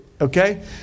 Okay